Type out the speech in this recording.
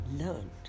learned